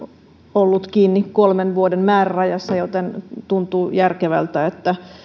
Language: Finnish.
ollut kiinni kolmen vuoden määrärajassa joten tuntuu järkevältä että